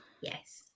Yes